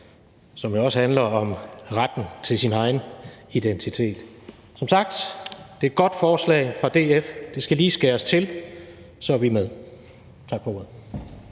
som også handler om retten til sin egen identitet. Som sagt er det et godt forslag fra DF. Det skal lige skæres til, og så er vi med. Tak for ordet.